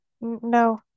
No